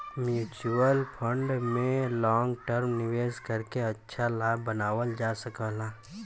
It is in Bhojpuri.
म्यूच्यूअल फण्ड में लॉन्ग टर्म निवेश करके अच्छा लाभ बनावल जा सकला